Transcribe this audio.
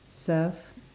surf